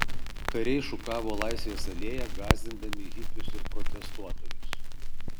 kariai šukavo laisvės alėją gąsdindami hipius ir protestuotojus